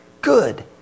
good